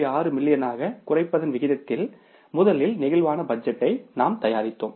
6 மில்லியனாகக் குறைப்பதன் விகிதத்தில் முதலில் பிளேக்சிபிள் பட்ஜெட் டை நாம் தயாரித்தோம்